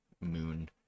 moon